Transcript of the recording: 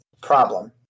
problem